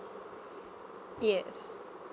yes